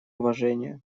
уважения